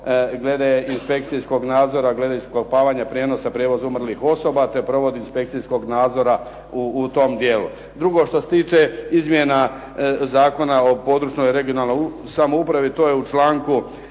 glede inspekcijskog nadzora, glede iskopavanja, prijenosa, prijevoza umrlih osoba te provedbu inspekcijskog nadzora u tom dijelu. Drugo što se tiče izmjena Zakon o područnoj regionalnoj samoupravi, to je u članku